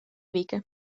wike